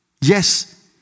Yes